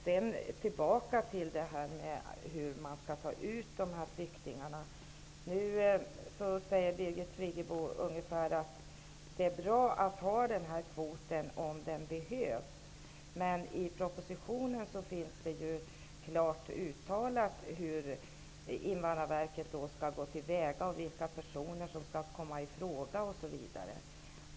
Sedan tillbaka till frågan om hur man skall ta ut flyktingarna. Birgit Friggebo säger ungefär att det är bra att ha den här kvoten att tillgå när den behövs. I propositionen finns det klart uttalat hur Invandrarverket skall gå till väga och vilka personer som skall komma i fråga, osv.